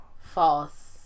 false